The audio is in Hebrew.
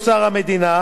נוסף על כך,